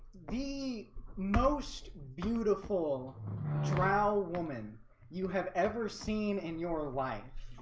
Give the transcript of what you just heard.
the most beautiful drow woman you have ever seen in your life